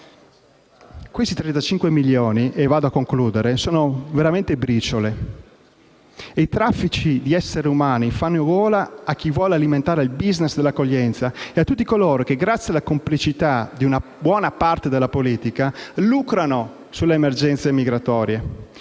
Questi 35 milioni sono veramente briciole. I traffici degli esseri umani fanno gola a chi vuole alimentare il *business* dell'accoglienza e a tutti coloro che, grazie alla complicità di una buona parte della politica, lucrano sulle emergenze migratorie.